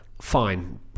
fine